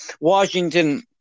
Washington